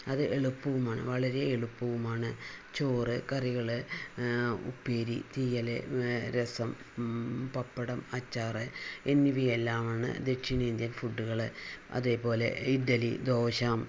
അത് എളുപ്പവുമാണ് വളരെ എളുപ്പവുമാണ് ചോറ് കറികൾ ഉപ്പേരി തീയൽ രസം പപ്പടം അച്ചാർ എന്നിവയെല്ലാമാണ് ദക്ഷിണേന്ത്യൻ ഫുഡുകൾ അതേപോലെ ഇഡലി ദോശ